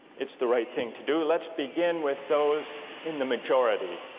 it's the right thing to do. let's begin with those in the majority,